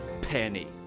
penny